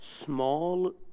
small